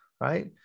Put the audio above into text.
right